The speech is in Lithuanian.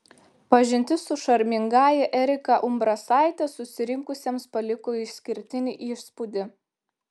pažintis su šarmingąja erika umbrasaite susirinkusiems paliko išskirtinį įspūdį